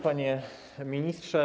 Panie Ministrze!